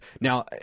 Now